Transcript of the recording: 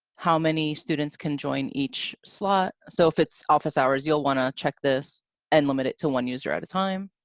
how many students can join each slot so if it's office hours, you'll want to check this and limit it to one user at a time.